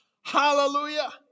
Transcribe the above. Hallelujah